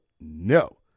no